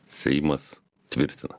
seimas tvirtina